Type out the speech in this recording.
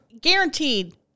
guaranteed